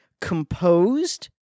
composed